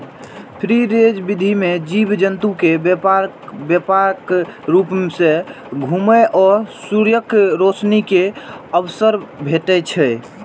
free range विधि मे जीव जंतु कें व्यापक रूप सं घुमै आ सूर्यक रोशनी के अवसर भेटै छै